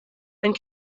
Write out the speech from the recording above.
and